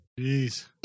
Jeez